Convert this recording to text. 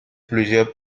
plusieurs